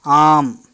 आम्